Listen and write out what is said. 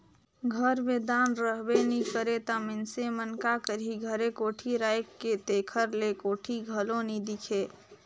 घर मे धान रहबे नी करे ता मइनसे मन का करही घरे कोठी राएख के, तेकर ले कोठी घलो नी दिखे